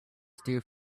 stew